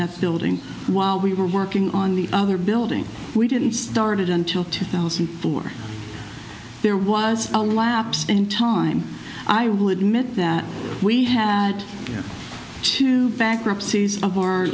that building while we were working on the other building we didn't start it until two thousand and four there was a lapse in time i will admit that we had two bankruptcy's o